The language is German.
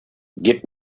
gib